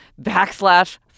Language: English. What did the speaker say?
backslash